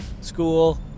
school